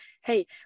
hey